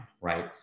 right